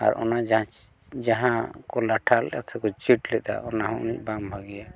ᱟᱨ ᱚᱱᱟ ᱡᱟᱦᱟᱸᱠᱚ ᱞᱟᱴᱷᱟᱞᱮᱫ ᱥᱮ ᱠᱚ ᱪᱤᱴ ᱞᱮᱫᱼᱟ ᱚᱱᱟᱦᱚᱸ ᱩᱱᱟᱹᱜ ᱵᱟᱝ ᱵᱷᱟᱹᱜᱤᱭᱟ